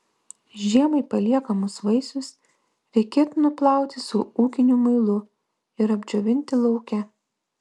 žiemai paliekamus vaisius reikėtų nuplauti su ūkiniu muilu ir apdžiovinti lauke